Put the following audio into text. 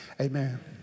amen